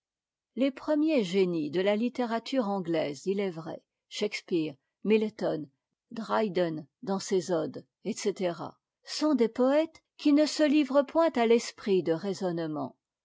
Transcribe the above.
les premiers génies de la littérature anglaise il est vrai shakspeare milton dryden dans ses odes etc sont des poëtes qui ne se livrent point à l'esprit de raisonnement